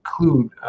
include